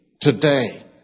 today